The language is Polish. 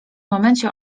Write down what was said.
momencie